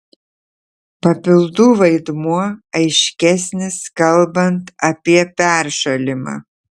papildų vaidmuo aiškesnis kalbant apie peršalimą